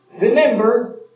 Remember